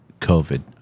COVID